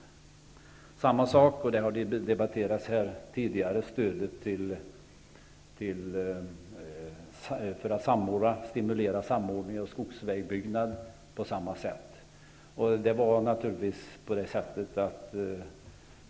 Det är på samma sätt med det som debatterats tidigare här nämligen stödet till samordning vid byggande av skogsbilvägar.